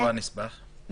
הנספח נמצא